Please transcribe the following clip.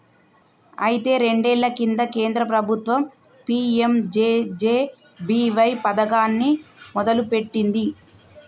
అయితే రెండేళ్ల కింద కేంద్ర ప్రభుత్వం పీ.ఎం.జే.జే.బి.వై పథకాన్ని మొదలుపెట్టింది